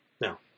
Now